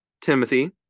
Timothy